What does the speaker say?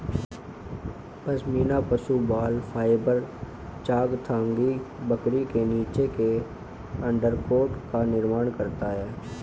पश्मीना पशु बाल फाइबर चांगथांगी बकरी के नीचे के अंडरकोट का निर्माण करता है